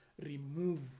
remove